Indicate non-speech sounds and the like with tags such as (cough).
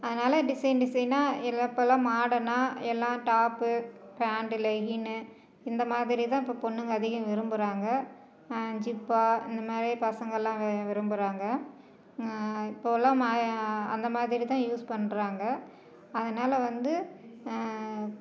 அதனால டிசைன் டிசைனாக எல்லா இப்போல்லாம் மாடர்னாக எல்லாம் டாப்பு பேண்ட்டு லெகின்னு இந்த மாதிரி தான் இப்போ பொண்ணுங்க அதிகம் விரும்புகிறாங்க ஜிப்பா அந்த மாதிரி பசங்கள் எல்லாம் வி விரும்புகிறாங்க இப்போவெல்லாம் (unintelligible) அந்த மாதிரி தான் யூஸ் பண்ணுறாங்க அதனால் வந்து